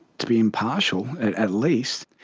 to be impartial, at least!